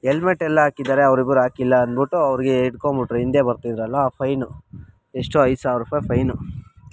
helmet ಎಲ್ಲ ಹಾಕಿದ್ದಾರೆ ಅವ್ರಿಬ್ರು ಹಾಕಿಲ್ಲ ಅಂದ್ಬಿಟ್ಟು ಅವರಿಗೆ ಹಿಡ್ಕೊಂಡ್ಬಿಟ್ರು ಹಿಂದೆ ಬರ್ತಿದ್ರಲ್ಲ ಆ ಫೈನ್ ಎಷ್ಟು ಐದು ಸಾವಿರ್ರೂಪಾಯಿ ಫೈನ್